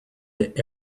that